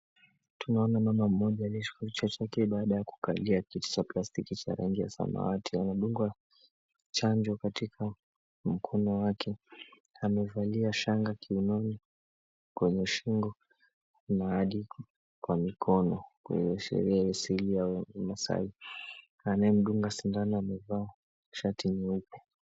Tunaona mwanamke aliyeshikilia chake baada ya kukalia kiti cha plastiki cha rangi ya samawati. Anadungwa chanjo katika mkono wake. Amevalia shanga kiunoni, kwenye shingo na aliko kwa mikono. Kuashiria asili ya umaasai. Anayedunga sindano amevaa shati nyeupe.